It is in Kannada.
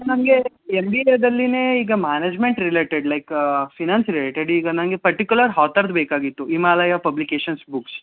ನಮಗೆ ಎಮ್ ಬಿ ಎದಲ್ಲಿಯೇ ಈಗ management related like finance related ಈಗ ನನಗೆ ಪರ್ಟಿಕ್ಯುಲರ್ ಹಾತರ್ದು ಬೇಕಾಗಿತ್ತು ಹಿಮಾಲಯ ಪಬ್ಲಿಕೇಷನ್ಸ್ ಬುಕ್ಸ್